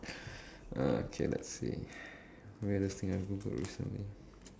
uh K let's see weirdest thing I've Googled recently